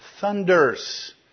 thunders